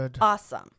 awesome